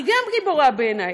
היא גם גיבורה בעיני,